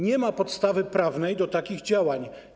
Nie ma podstawy prawnej do takich działań.